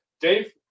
Dave